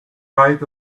right